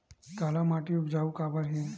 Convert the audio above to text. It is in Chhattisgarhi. काला माटी उपजाऊ काबर हे?